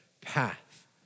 path